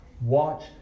watch